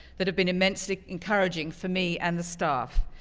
that have been immensely encouraging for me and the staff.